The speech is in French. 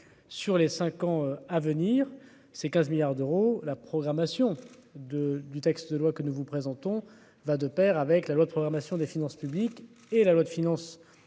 sur les 5 ans à venir, ces 15 milliards d'euros, la programmation de du texte de loi que nous vous présentons va de Pair avec la loi de programmation des finances publiques et la loi de finances pour